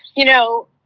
you know,